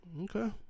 Okay